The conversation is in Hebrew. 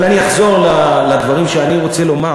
אבל אני אחזור לדברים שאני רוצה לומר